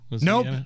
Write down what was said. Nope